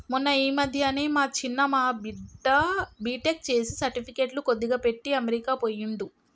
మొన్న ఈ మధ్యనే మా చిన్న మా బిడ్డ బీటెక్ చేసి సర్టిఫికెట్లు కొద్దిగా పెట్టి అమెరికా పోయిండు